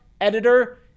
editor